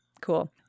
cool